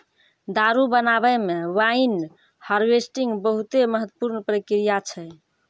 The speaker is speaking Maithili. दारु बनाबै मे वाइन हार्वेस्टिंग बहुते महत्वपूर्ण प्रक्रिया छै